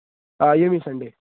آ ییٚمی سَنڈے